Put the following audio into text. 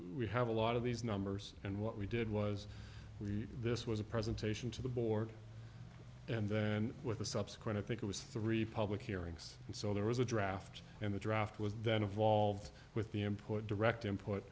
we have a lot of these numbers and what we did was we this was a presentation to the board and then with the subsequent i think it was three public hearings and so there was a draft and the draft was then evolved with the input direct input